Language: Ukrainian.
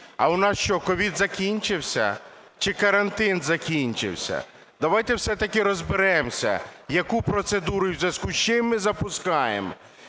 А у нас що, СOVID закінчився чи карантин закінчився? Давайте все-таки розберемося, яку процедуру і в зв'язку з чим ми запускаємо,